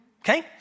okay